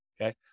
Okay